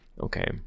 okay